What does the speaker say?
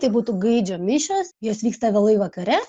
tai būtų gaidžio mišios jos vyksta vėlai vakare